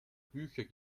bücher